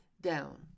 down